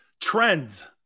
Trends